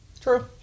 true